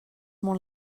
molt